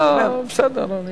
בסדר.